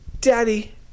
daddy